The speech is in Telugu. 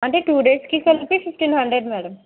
అంటే టూ డేస్కి కలిపి ఫిఫ్టీన్ హండ్రెడ్ మేడం